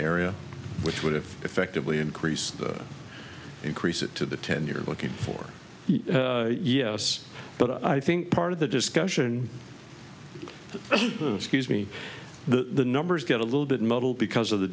area which would have effectively increased the increase it to the ten you're looking for yes but i think part of the discussion excuse me the numbers get a little bit muddled because of the